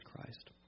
Christ